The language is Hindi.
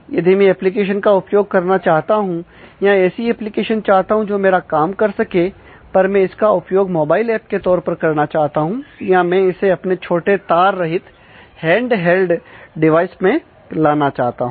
यदि में एप्लिकेशन का उपयोग करना चाहता हूं या ऐसी एप्लीकेशन चाहता हूं जो मेरा काम कर सके पर मैं इसका उपयोग मोबाइल ऐप के तौर पर करना चाहता हूं या मैं इसे अपने छोटे तार रहित हैंडहेल्ड डिवाइस में लाना चाहता हूं